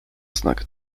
znak